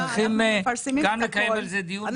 צריכים גם לקיים על זה דיון וגם לקבל החלטה.